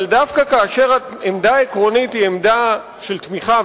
אבל דווקא כאשר העמדה העקרונית היא עמדה של תמיכה,